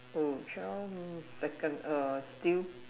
oh child means second err still